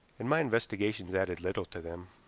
and my investigations added little to them.